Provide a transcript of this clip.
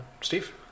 Steve